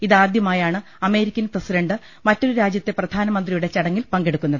ഇതാദൃമായാണ് American president മറ്റൊരു രാജ്യത്തെ പ്രധാനമന്ത്രിയുടെ ചട ങ്ങിൽ പങ്കെടുക്കുന്നത്